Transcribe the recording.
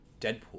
deadpool